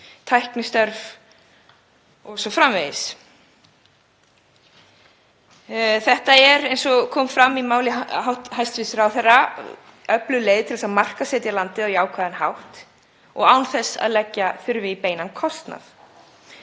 tæknistörf o.s.frv. Þetta er, eins og kom fram í máli hæstv. ráðherra, öflug leið til að markaðssetja landið á jákvæðan hátt og án þess að leggja þurfi í beinan kostnað.